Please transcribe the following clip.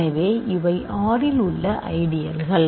எனவே இவை R இல் உள்ள ஐடியல்கள்